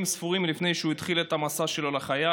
ספורים לפני שהוא התחיל את המסע שלו לחלל,